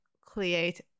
create